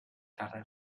carrer